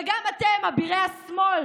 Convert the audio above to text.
וגם אתם, אבירי השמאל,